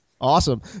Awesome